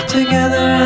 Together